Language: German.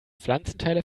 pflanzenteile